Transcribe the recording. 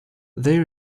they